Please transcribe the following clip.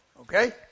Okay